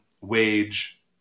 wage